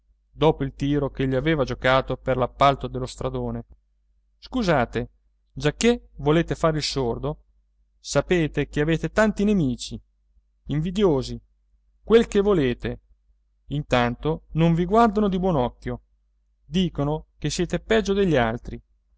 dopo il tiro che gli aveva giocato per l'appalto dello stradone scusate giacché volete fare il sordo sapete che avete tanti nemici invidiosi quel che volete intanto non vi guardano di buon occhio dicono che siete peggio degli altri